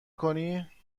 کنی